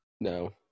No